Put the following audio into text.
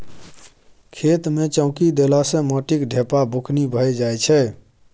खेत मे चौकी देला सँ माटिक ढेपा बुकनी भए जाइ छै